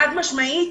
חד-משמעית,